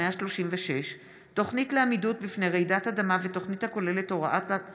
הורה שהוא אפוטרופוס),